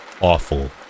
awful